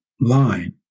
line